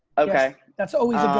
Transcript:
okay. that's always